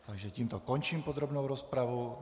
Takže tímto končím podrobnou rozpravu.